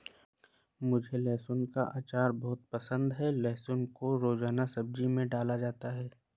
मुझे लहसुन का अचार बहुत पसंद है लहसुन को रोजाना सब्जी में डाला जाता है